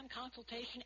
consultation